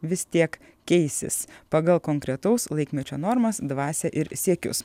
vis tiek keisis pagal konkretaus laikmečio normas dvasią ir siekius